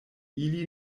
ili